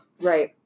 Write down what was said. Right